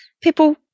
People